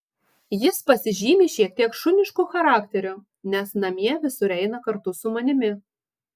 jis pasižymi šiek tiek šunišku charakteriu nes namie visur eina kartu su manimi